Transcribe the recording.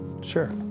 Sure